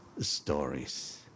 stories